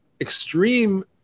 extreme